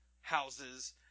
houses